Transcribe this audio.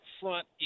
front